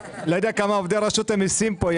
לא יודע כמה עובדי רשות המיסים יש פה,